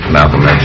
Malcolm